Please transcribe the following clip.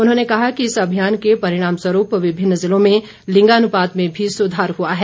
उन्होंने कहा कि इस अभियान के परिणामस्वरूप विभिन्न जिलों में लिंगानुपात में भी सुधार हुआ है